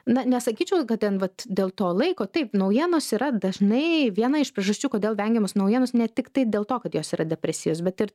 na nesakyčiau kad ten vat dėl to laiko taip naujienos yra dažnai viena iš priežasčių kodėl vengiamos naujienos ne tiktai dėl to kad jos yra depresyvios bet ir